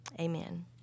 Amen